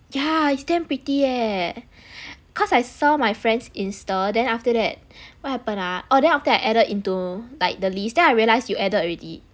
yeah it's damn pretty eh cause I saw my friends Insta then after that what happen ah orh then after that I added into like list then I realise you added already